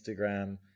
instagram